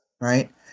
right